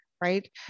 right